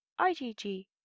IgG